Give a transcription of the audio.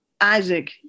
Isaac